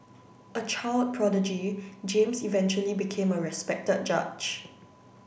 a child prodigy James eventually became a respected judge